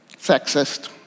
sexist